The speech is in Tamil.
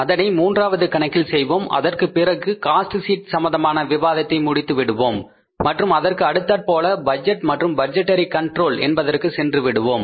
அதனை மூன்றாவது கணக்கில் செய்வோம் அதற்குப் பிறகு காஸ்ட் ஷீட் சம்பந்தமான விவாதத்தை முடித்து விடுவோம் மற்றும் அதற்கு அடுத்தாற்போல் பட்ஜெட் மற்றும் பட்ஜெடரி கண்ட்ரோல் என்பதற்கு சென்று விடுவோம்